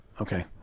Okay